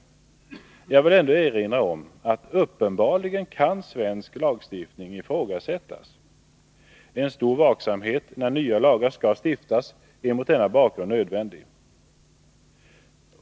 Jag vill ändå erinra om att svensk lagstiftning uppenbarligen kan ifrågasättas. En stor vaksamhet är mot denna bakgrund nödvändig när nya lagar skall stiftas.